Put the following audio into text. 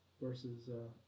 versus –